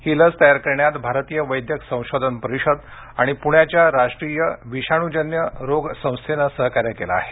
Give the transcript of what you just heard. ही लस तयार करण्यात भारतीय वैद्यक संशोधन परिषद आणि पुण्याच्या राष्ट्रीय विषाणू संस्थेनं सहकार्य केलं आहे